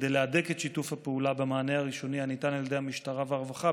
כדי להדק את שיתוף הפעולה במענה הראשוני הניתן על ידי המשטרה והרווחה,